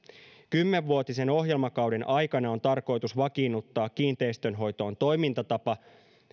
kymmenvuotisen ohjelmakauden aikana on tarkoitus vakiinnuttaa kiinteistönhoitoon toimintatapa